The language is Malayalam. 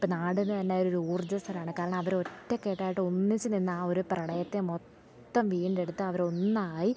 ഇപ്പം നാടിന് തന്നെ ഒരു ഊർജ്ജസ്വരാണ് കാരണം അവർ ഒറ്റ കെട്ടായിട്ട് ഒന്നിച്ച് നിന്ന് ആ ഒരു പ്രളയത്തെ മൊത്തം വീണ്ടെടുത്ത് അവർ ഒന്നായി